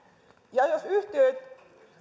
ja jos yhtiöittäminen